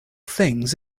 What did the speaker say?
things